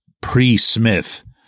pre-Smith